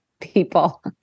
people